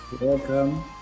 welcome